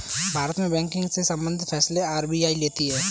भारत में बैंकिंग से सम्बंधित फैसले आर.बी.आई लेती है